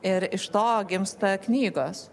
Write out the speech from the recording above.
ir iš to gimsta knygos